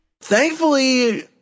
Thankfully